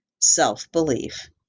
self-belief